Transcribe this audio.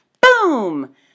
boom